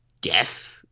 guess